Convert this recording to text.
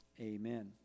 Amen